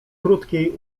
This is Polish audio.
krótkiej